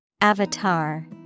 Avatar